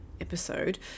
episode